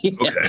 Okay